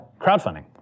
crowdfunding